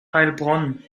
heilbronn